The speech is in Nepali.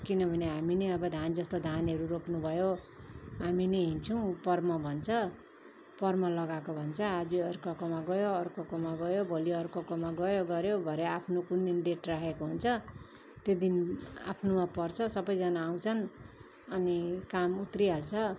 किनभने हामी नै अब धान जस्तो धानहरू रोप्नु भयो हामी नै हिँड्छौँ पर्म भन्छ पर्म लगाएको भन्छ आज अर्काकोमा गयो अर्कोकोमा गयो भोलि अर्कोकोमा गयो गऱ्यो भरे आफ्नो कुन दिन डेट राखेको हुन्छ त्यो दिन आफ्नोमा पर्छ सबैजना आउँछन् अनि काम उत्रिहाल्छ